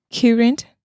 current